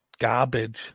garbage